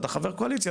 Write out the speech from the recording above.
אתה חבר קואליציה.